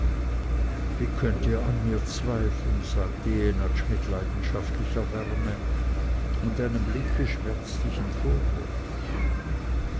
wie konntet ihr an mir zweifeln sagte jenatsch mit leidenschaftlicher wärme und einem blicke schmerzlichen vorwurfes